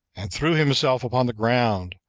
and threw himself upon the ground,